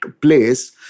place